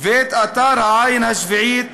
ואת אתר "העין השביעית",